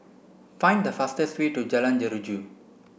find the fastest way to Jalan Jeruju